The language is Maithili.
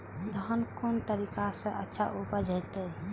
धान कोन तरीका से अच्छा उपज होते?